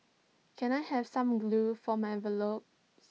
can I have some glue for my envelopes